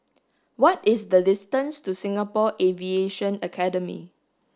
what is the distance to Singapore Aviation Academy